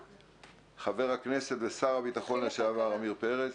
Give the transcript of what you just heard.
חבר הכנסת ושר הביטחון לשעבר עמיר פרץ,